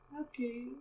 Okay